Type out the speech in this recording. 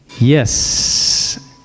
Yes